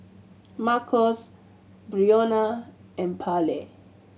Marcos Brionna and Pallie